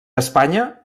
espanya